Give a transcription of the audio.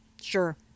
Sure